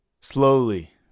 Slowly